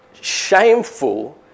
shameful